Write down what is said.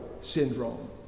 syndrome